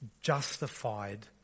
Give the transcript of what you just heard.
justified